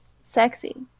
sexy